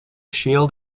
shield